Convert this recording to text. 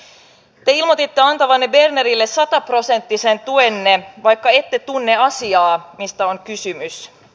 te ilmoititte antavanne bernerille sataprosenttisen tukenne vaikka ette tunne asiaa mistä on kysymys